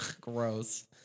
gross